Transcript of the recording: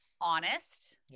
honest